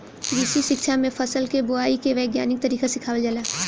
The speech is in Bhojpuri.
कृषि शिक्षा में फसल के बोआई के वैज्ञानिक तरीका सिखावल जाला